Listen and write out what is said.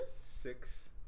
Six